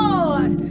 Lord